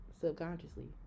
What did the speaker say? subconsciously